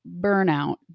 burnout